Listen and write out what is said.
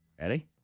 Ready